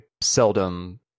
seldom